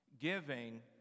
giving